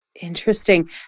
Interesting